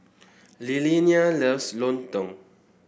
Lilianna loves lontong